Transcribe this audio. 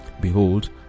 Behold